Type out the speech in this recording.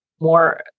more